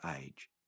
age